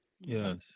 yes